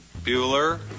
Bueller